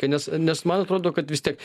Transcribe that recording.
tai nes nes man atrodo kad vis tiek